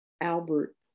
Albert